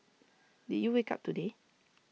did you wake up today